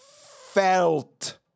felt